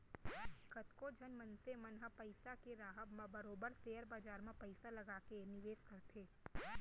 कतको झन मनसे मन ह पइसा के राहब म बरोबर सेयर बजार म पइसा लगा के निवेस करथे